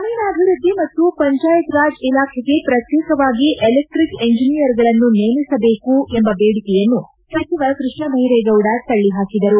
ಗ್ರಾಮೀಣಾಭಿವೃದ್ಧಿ ಮತ್ತು ಪಂಚಾಯತ್ ರಾಜ್ ಇಲಾಖೆಗೆ ಪ್ರತ್ಯೇಕವಾಗಿ ಎಲೆಕ್ಟಿಕಲ್ ಎಂಜಿನಿಯರ್ಗಳನ್ನು ನೇಮಿಸಬೇಕೆಂಬ ಬೇಡಿಕೆಯನ್ನು ವಿಧಾನಸಭೆಯಲ್ಲಿಂದು ಸಚಿವ ಕೃಷ್ಣಬೈರೇಗೌಡ ತಳ್ಳಿ ಹಾಕಿದರು